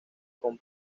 con